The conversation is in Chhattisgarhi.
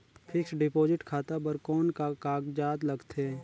फिक्स्ड डिपॉजिट खाता बर कौन का कागजात लगथे?